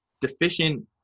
deficient